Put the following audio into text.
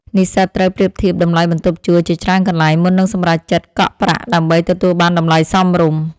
និស្សិតត្រូវប្រៀបធៀបតម្លៃបន្ទប់ជួលជាច្រើនកន្លែងមុននឹងសម្រេចចិត្តកក់ប្រាក់ដើម្បីទទួលបានតម្លៃសមរម្យ។